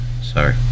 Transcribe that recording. Sorry